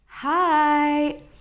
Hi